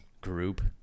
group